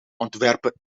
ontwerpen